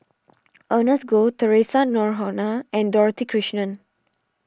Ernest Goh theresa Noronha and Dorothy Krishnan